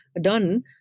done